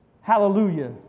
Hallelujah